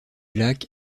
lac